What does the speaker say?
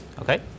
Okay